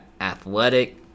athletic